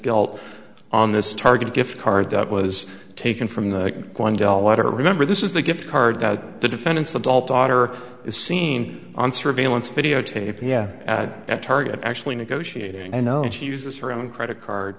guilt on this target gift card that was taken from the one daughter remember this is the gift card that the defendant's adult daughter is seen on surveillance video tape yeah that target actually negotiating and knowing she uses her own credit card